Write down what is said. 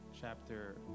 chapter